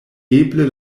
eble